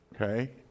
Okay